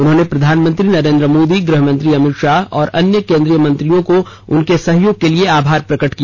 उन्होंने प्रधानमंत्री नरेन्द्र मोदी गुहमंत्री अमित शाह और अन्य केन्द्रीय मंत्रियों का उनके सहयोग के लिए आभार प्रकट किया